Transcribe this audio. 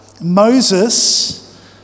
Moses